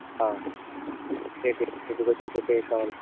ఏంటి ఎందుకొచ్చావు చెప్పు ఏంకావాలి